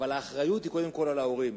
אבל האחריות היא קודם כול על ההורים.